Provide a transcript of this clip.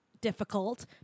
Difficult